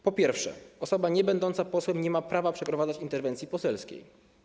Po pierwsze, osoba niebędąca posłem nie ma prawa przeprowadzać interwencji poselskiej.